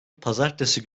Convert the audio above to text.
pazartesi